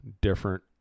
different